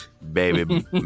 baby